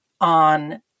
on